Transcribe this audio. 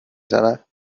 زند